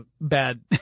bad